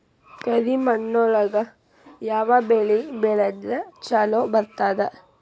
ಕರಿಮಣ್ಣೊಳಗ ಯಾವ ಬೆಳಿ ಬೆಳದ್ರ ಛಲೋ ಬರ್ತದ?